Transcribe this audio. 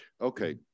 Okay